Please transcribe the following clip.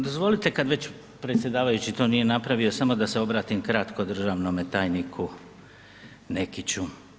Dozvolite kad već predsjedavajući to nije napravio samo da se obratim kratko državnom tajniku Nekiću.